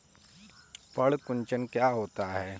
पर्ण कुंचन क्या होता है?